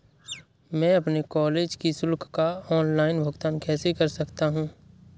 मैं अपने कॉलेज की शुल्क का ऑनलाइन भुगतान कैसे कर सकता हूँ?